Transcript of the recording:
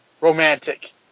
romantic